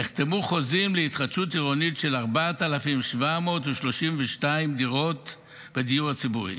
נחתמו חוזים להתחדשות עירונית של 4,732 דירות בדיור הציבורי,